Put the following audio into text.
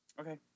Okay